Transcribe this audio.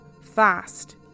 fast